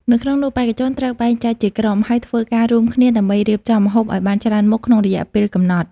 នៅក្នុងនោះបេក្ខជនត្រូវបែងចែកជាក្រុម ហើយធ្វើការរួមគ្នាដើម្បីរៀបចំម្ហូបឲ្យបានច្រើនមុខក្នុងរយៈពេលកំណត់។